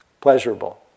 pleasurable